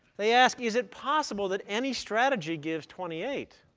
they ask, is it possible that any strategy gives twenty eight?